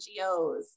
NGOs